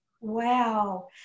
Wow